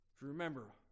Remember